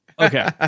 Okay